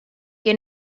que